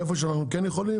איפה שאנחנו כן יכולים,